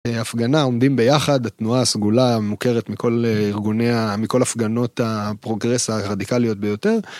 הפגנה עומדים ביחד תנועה סגולה מוכרת מכל ארגוניה מכל הפגנות הפרוגרס הרדיקליות ביותר.